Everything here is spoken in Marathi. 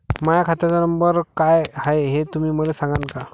माह्या खात्याचा नंबर काय हाय हे तुम्ही मले सागांन का?